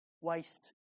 waste